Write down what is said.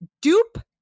dupe